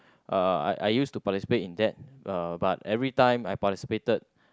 uh I I used to participate in that uh but every time I participated